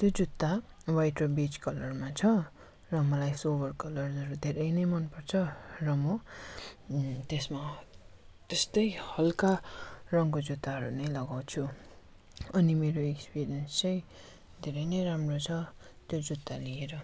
त्यो जुत्ता वाइट र बेज कलरमा छ र मलाई सोबर कलरहरू धेरै नै मनपर्छ र म त्यसमा त्यस्तै हल्का रङको जुत्ताहरू नै लगाउँछु अनि मेरो एक्सपिरियन्स चाहिँ धेरै नै राम्रो छ त्यो जुत्ता लिएर